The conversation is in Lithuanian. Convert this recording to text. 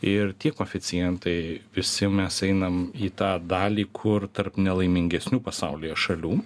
ir tie koeficientai visi mes einam į tą dalį kur tarp nelaimingesnių pasaulyje šalių